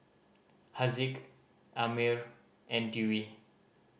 Haziq Ammir and Dewi